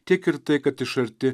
tiek ir tai kad iš arti